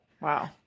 Wow